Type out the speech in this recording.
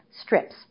STRIPS